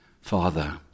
Father